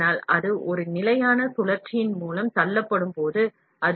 ஆனால் அது ஒரு நிலையான சுற்றுப்பாதை வழியாக தள்ளப்படும் போது அதாவது nozzle இன் முனை வழியாக